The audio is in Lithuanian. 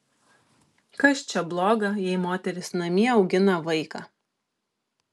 kas čia bloga jei moteris namie augina vaiką